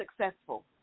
successful